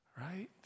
Right